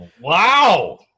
Wow